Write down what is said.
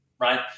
Right